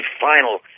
final